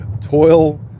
toil